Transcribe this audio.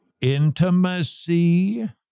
intimacy